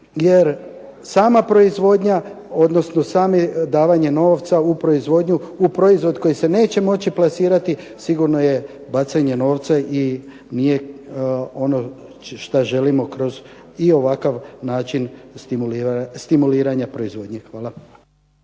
Jer sama proizvodnja, odnosno samo davanje novca u proizvod koji se neće moći plasirati sigurno je bacanje novca i nije ono što želimo kroz i ovakav način stimuliranja proizvodnje. Hvala.